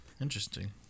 Interesting